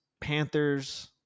Panthers